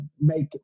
make